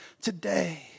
today